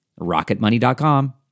Rocketmoney.com